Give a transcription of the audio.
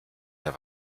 der